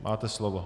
Máte slovo.